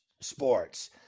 sports